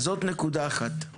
אז זאת נקודה אחת.